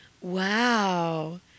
Wow